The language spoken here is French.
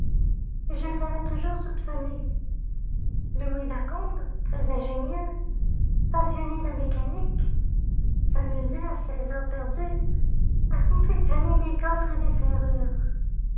je l'avais toujours soupçonné louis lacombe très ingénieux passionné de mécanique s'amusait à ses heures perdues à confectionner des coffres et des serrures